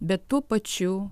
bet tuo pačiu